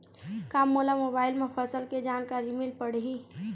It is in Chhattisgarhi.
का मोला मोबाइल म फसल के जानकारी मिल पढ़ही?